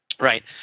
Right